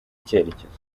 icyerekezo